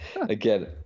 Again